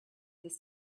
this